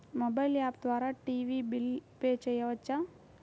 Mobile app ద్వారా TV bill pay చేయవచ్చా?